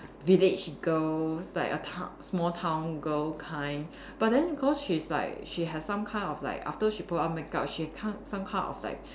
village girls like a town small town girl kind but then cause she's like she has some kind of like after she put on makeup she has ki~ some kind of like